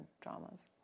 dramas